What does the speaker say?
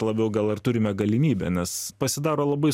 labiau gal ir turime galimybę nes pasidaro labai